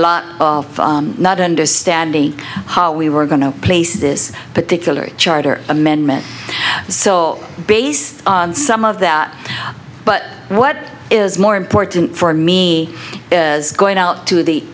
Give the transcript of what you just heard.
lot of not understanding how we were going to place this particular charter amendment based on some of that but what is more important for me going out to the